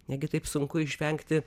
negi taip sunku išvengti